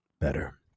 better